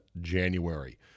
January